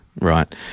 Right